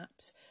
apps